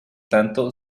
tanto